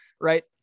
right